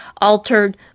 altered